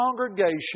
congregation